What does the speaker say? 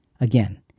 Again